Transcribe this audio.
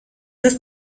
ist